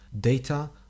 data